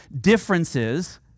differences